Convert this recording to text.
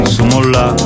Sumola